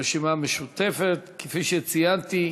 כפי שציינתי,